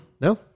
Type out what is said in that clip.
No